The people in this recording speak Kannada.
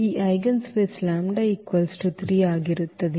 ಈ ಐಜೆನ್ಸ್ಪೇಸ್ ಆಗಿರುತದೆ